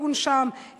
תיקון שם,